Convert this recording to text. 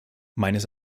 meines